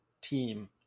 team